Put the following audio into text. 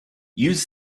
use